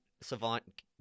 Savant